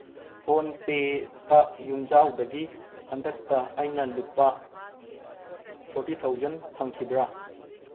phone ꯄꯦꯇ ꯌꯨꯝꯖꯥꯎꯗꯒꯤ ꯍꯟꯗꯛꯇ ꯑꯩꯅ ꯂꯨꯄꯥ ꯐꯣꯔꯇꯤ ꯊꯥꯎꯖꯟ ꯐꯪꯈꯤꯕ꯭ꯔꯥ